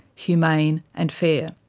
humane and fair.